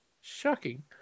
Shocking